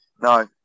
No